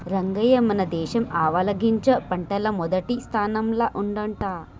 రంగయ్య మన దేశం ఆవాలగింజ పంటల్ల మొదటి స్థానంల ఉండంట